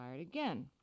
again